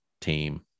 team